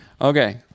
Okay